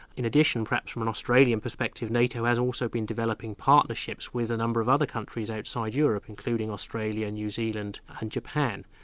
in addition perhaps from an australian perspective, nato has also been developing partnerships with a number of other countries outside europe, including australia, new zealand and japan.